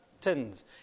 tins